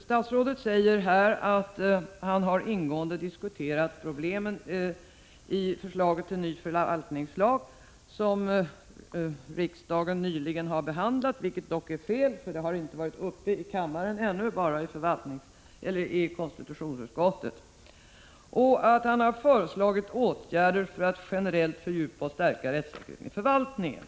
Statsrådet säger här att han ingående har diskuterat problemen i förslaget till ny förvaltningslag, som riksdagen nyligen har behandlat — vilket dock är fel, eftersom ärendet ännu inte har varit uppe i kammaren, bara i konstitutionsutskottet — och att han har föreslagit åtgärder för att generellt fördjupa och stärka rättssäkerheten i förvaltningen.